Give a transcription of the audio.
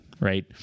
right